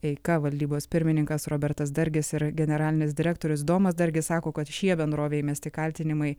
eika valdybos pirmininkas robertas dargis ir generalinis direktorius domas dargis sako kad šie bendrovei mesti kaltinimai